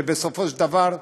ובסופו של דבר,